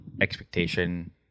expectation